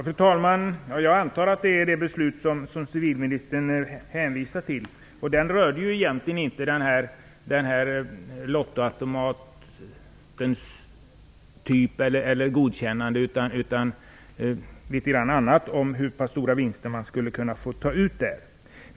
Fru talman! Jag antar att det är det beslut som civilministern hänvisar till. Det rörde ju egentligen inte godkännandet av den här lotteriautomaten, utan t.ex. hur stora vinster man skulle kunna få ta ut där.